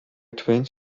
twins